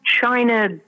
China